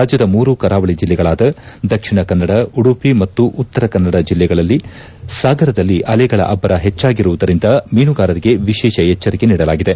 ರಾಜ್ಯದ ಮೂರು ಕರಾವಳಿ ಜಿಲ್ಲೆಗಳಾದ ದಕ್ಷಿಣ ಕನ್ನಡ ಉಡುಪಿ ಮತ್ತು ಉತ್ತರ ಕನ್ನಡ ಜಿಲ್ಲೆಗಳಲ್ಲಿ ಸಾಗರದಲ್ಲಿ ಅಲೆಗಳ ಅಬ್ಬರ ಹೆಚ್ಚಾಗಿರುವುದರಿಂದ ಮೀನುಗಾರರಿಗೆ ವಿಶೇಷ ಎಚ್ಚರಿಕೆ ನೀಡಲಾಗಿದೆ